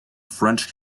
french